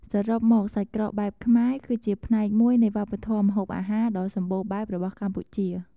សរុបមក សាច់ក្រកបែបខ្មែរ គឺជាផ្នែកមួយនៃវប្បធម៌ម្ហូបអាហារដ៏សម្បូរបែបរបស់កម្ពុជា។